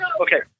Okay